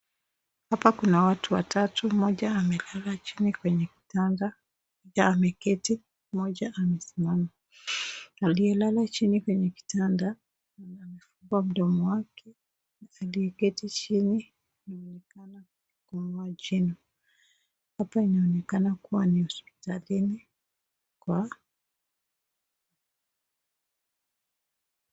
Hapa kuna watu wawatu mmoja amekala chini kwenye kitanda mmoja ameketi mmoja amesimama. Aliyelala chini kwenye kitanda amefungua mdomo wake, aliyeketi chini anaonekana kung'oa jino. Hapa inaonekana kuwa ni hospitalini kwa,,,,